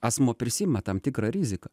asmuo prisiima tam tikrą riziką